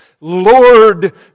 Lord